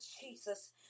jesus